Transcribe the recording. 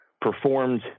performed